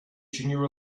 junior